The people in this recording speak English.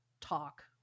talk